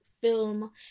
film